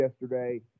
yesterday